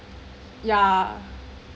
yeah